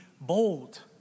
bold